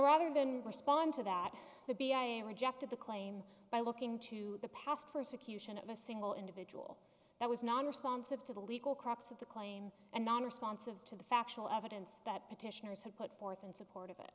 rather than respond to that the b i a rejected the claim by looking into the past persecution of a single individual that was non responsive to the legal crux of the claim and non responsive to the factual evidence that petitioners have put forth in support of it